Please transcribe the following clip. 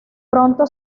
pronto